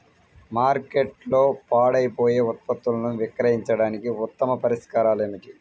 మార్కెట్లో పాడైపోయే ఉత్పత్తులను విక్రయించడానికి ఉత్తమ పరిష్కారాలు ఏమిటి?